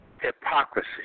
hypocrisy